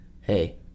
Hey